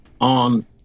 on